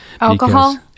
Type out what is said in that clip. alcohol